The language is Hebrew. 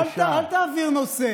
אל תעביר נושא.